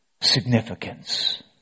significance